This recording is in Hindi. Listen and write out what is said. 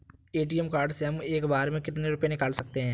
ए.टी.एम कार्ड से हम एक बार में कितने रुपये निकाल सकते हैं?